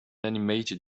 animated